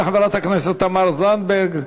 תודה לחברת הכנסת תמר זנדברג.